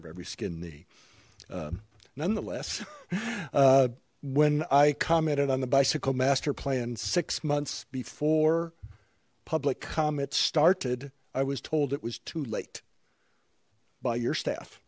of every skinned knee nonetheless when i commented on the bicycle master plan six months before public comments started i was told it was too late by your staff